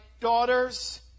daughter's